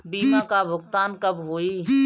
बीमा का भुगतान कब होइ?